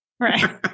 Right